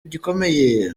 gikomeye